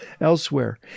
elsewhere